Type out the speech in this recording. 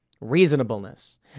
reasonableness